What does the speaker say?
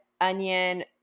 onion